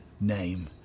name